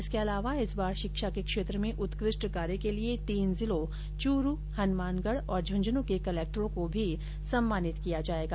इसके अलावा इस बार शिक्षा के क्षेत्र में उत्कृष्ट कार्य के लिए तीन जिलों चूरू हनुमानगढ और झुन्झुनू के कलेक्टरों को भी सम्मानित किया जाएगा